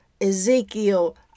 Ezekiel